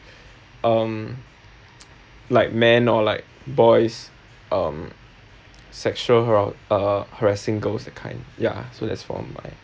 um like man or like boys um sexual har~ uh harassing girls that kind yeah so that's for my